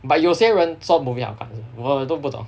but 有些人说 movie 好看我都不懂